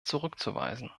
zurückzuweisen